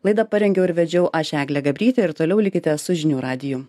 laida parengiau ir vedžiau aš eglė gabrytė ir toliau likite su žinių radiju